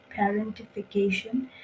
parentification